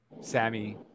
Sammy